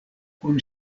kun